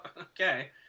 okay